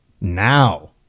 now